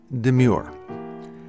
Demure